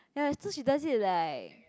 ya as though she does it like